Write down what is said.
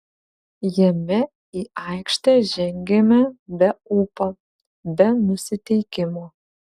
jame į aikštę žengėme be ūpo be nusiteikimo